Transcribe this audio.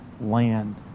land